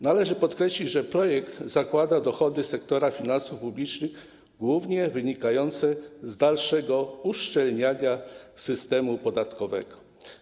Należy podkreślić, że projekt zakłada dochody sektora finansów publicznych, głównie wynikające z dalszego uszczelniania systemu podatkowego.